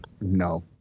No